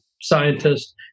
scientists